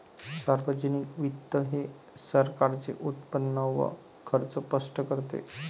सार्वजनिक वित्त हे सरकारचे उत्पन्न व खर्च स्पष्ट करते